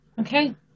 Okay